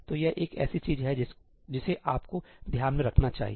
तो यह एक ऐसी चीज है जिसे आपको ध्यान में रखना चाहिए